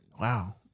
Wow